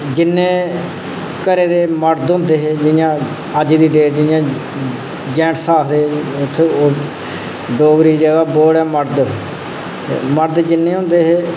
जिन्ने घरै दे मर्द होंदे हे जि'यां अज्ज दी डेट च जि'यां जैन्टस आखदे डोगरी दी जगह् वर्ड ऐ मर्द मर्द जिन्ने होंदे हे